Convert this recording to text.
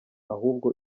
ahubwo